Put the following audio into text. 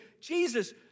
Jesus